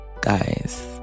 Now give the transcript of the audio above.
Guys